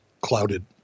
clouded